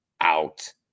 out